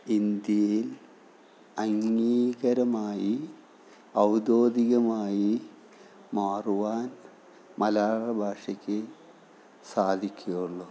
ഇന്ത്യയിൽ അംഗീകരമായി ഔദ്യോഗികമായി മാറുവാൻ മലയാള ഭാഷയ്ക്ക് സാധിക്കുക ഉള്ളൂ